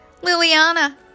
Liliana